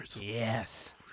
Yes